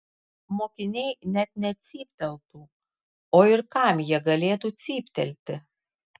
mokiniai net necypteltų o ir kam jie galėtų cyptelti